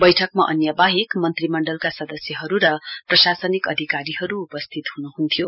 वैठकमा अन्य वाहेक मन्त्रीमण्डलका सदस्यहरु र प्रशासनिक अधिकारीहरु उपस्थित हुनुहुन्थ्यो